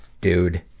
Dude